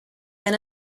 been